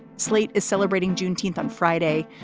slate is celebrating juneteenth on friday.